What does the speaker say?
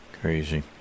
Crazy